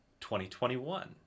2021